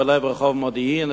בלב רחוב מודיעין,